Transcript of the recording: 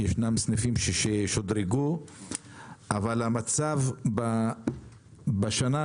יש סניפים ששודרגו אבל המצב בשנה,